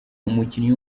umukinnyi